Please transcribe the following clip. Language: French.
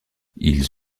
ils